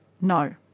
No